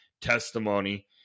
testimony